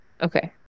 okay